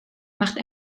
macht